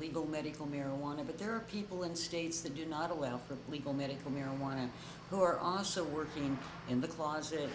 legal medical marijuana but there are people in states that do not allow for legal medical marijuana who are also working in the closet